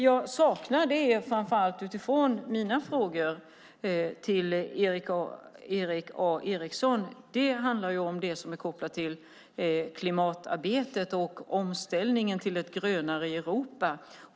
Jag saknar i svaren på mina frågor till Erik A Eriksson kopplingen till klimatarbetet och omställningen till ett grönare Europa.